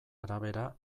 arabera